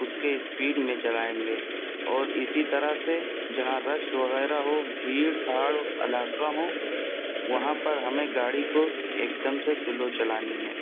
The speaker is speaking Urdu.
اس کے اسپیڈ میں چلائیں گے اور اسی طرح سے جہاں رش وغیرہ ہو بھیڑ بھاڑ علاقہ ہو وہاں پر ہمیں گاڑی کو ایک دم سے سلو چلانی ہے